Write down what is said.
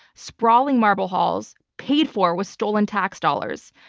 sprawling marble halls, paid for with stolen tax dollars.